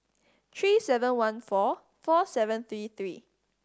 three seven one four four seven three three